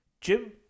Jim